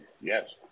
Yes